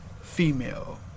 female